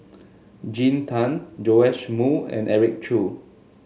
Jean Tay Joash Moo and Eric Khoo